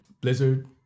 Blizzard